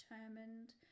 determined